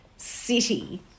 city